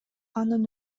анын